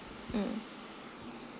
mm